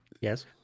Yes